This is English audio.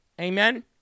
Amen